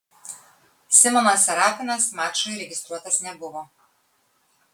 simonas serapinas mačui registruotas nebuvo